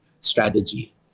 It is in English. strategy